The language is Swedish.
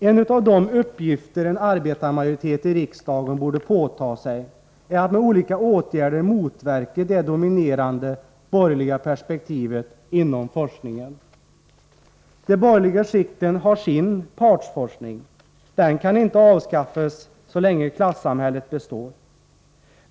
En av de uppgifter en arbetarmajoritet i riksdagen borde ta på sig är att med olika åtgärder motverka det dominerande borgerliga perspektivet inom forskningen. De borgerliga skikten har sin ”partsforskning”. Den kan inte avskaffas så länge klassamhället består.